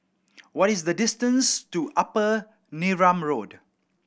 what is the distance to Upper Neram Road